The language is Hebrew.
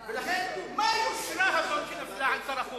מה היושרה הזאת שנפלה על שר החוץ?